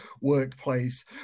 workplace